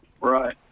Right